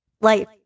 life